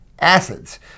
Acids